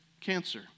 cancer